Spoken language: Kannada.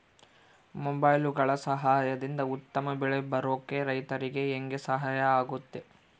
ಮೊಬೈಲುಗಳ ಸಹಾಯದಿಂದ ಉತ್ತಮ ಬೆಳೆ ಬರೋಕೆ ರೈತರಿಗೆ ಹೆಂಗೆ ಸಹಾಯ ಆಗುತ್ತೆ?